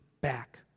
back